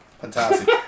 Fantastic